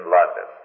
London